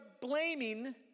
blaming